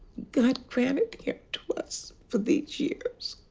god granted him to us for these years.